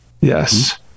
yes